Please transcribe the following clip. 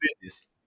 business